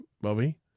Bobby